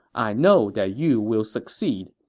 i know that you will succeed.